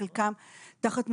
וחלקם תחת מוגבלות.